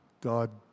God